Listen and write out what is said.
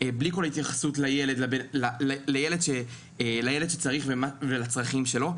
בלי כל התייחסות לילד שצריך ולצרכים שלו,